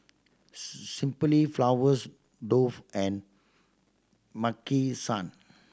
Simply Flowers Dove and Maki San